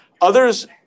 others